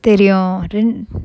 தெரியும்:theriyum then